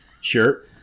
Sure